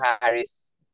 Harris